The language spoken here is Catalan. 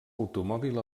automòbil